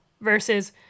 versus